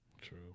True